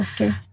Okay